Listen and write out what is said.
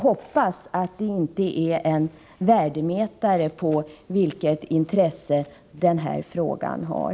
Eller är det en värdemätare på det intresse som denna fråga har?